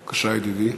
בבקשה, ידידי.